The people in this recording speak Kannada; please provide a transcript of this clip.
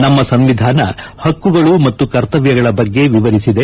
ನಮ್ಮ ಸಂವಿಧಾನ ಹಕ್ಗುಗಳು ಮತ್ತು ಕರ್ತವ್ಯಗಳ ಬಗ್ಗೆ ವಿವರಿಸಿದೆ